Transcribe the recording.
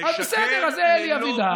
אז בסדר, אז זה אלי אבידר.